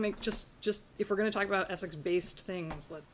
to make just just if we're going to talk about ethics based thing